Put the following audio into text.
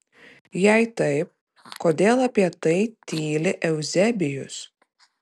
jei taip kodėl apie tai tyli euzebijus